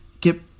get